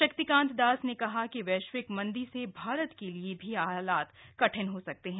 शक्तिकांत दास ने कहा कि वैश्विक मंदी से भारत के लिए भी हालात कठिन हो सकते हैं